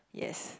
yes